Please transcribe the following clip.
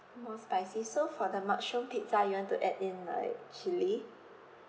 more spicy so for the mushroom pizza you want to add in like chili